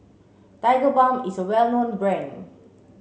Tigerbalm is a well known brand